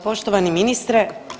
Poštovani ministre.